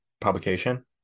publication